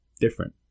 different